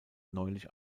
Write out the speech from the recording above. neulich